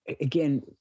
again